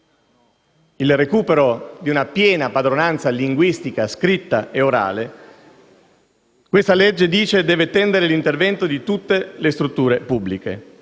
al recupero di una piena padronanza linguistica scritta e orale - si dice nel disegno di legge - deve tendere l'intervento di tutte le strutture pubbliche: